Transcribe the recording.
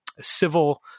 civil